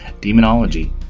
demonology